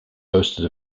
boasted